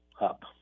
up